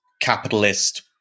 capitalist